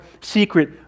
secret